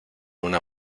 una